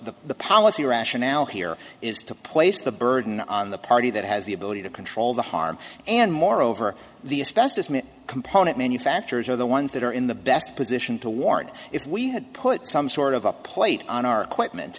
so the policy rationale here is to place the burden on the party that has the ability to control the harm and moreover the especially component manufacturers are the ones that are in the best position to warrant if we had put some sort of a plate on our qui